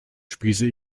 spieße